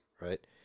right